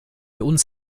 uns